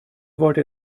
wollte